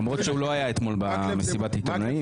למרות שהוא לא היה אתמול במסיבת העיתונאים.